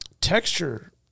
texture